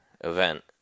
event